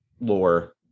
lore